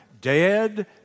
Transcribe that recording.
dead